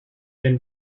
been